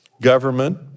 government